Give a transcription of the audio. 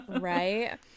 Right